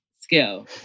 skill